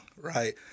right